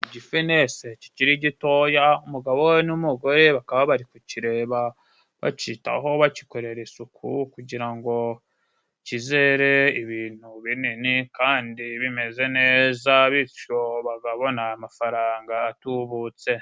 Igifenesi kikiri gitoya umugabo we n'umugore bakaba bari kucireba bacitaho bakikorera isuku kugira ngo kizere ibintu binini kandi bimeze neza, bityo bagabona amafaranga atubutse.